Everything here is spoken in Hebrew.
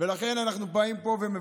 לכן אנחנו מבקשים